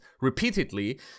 repeatedly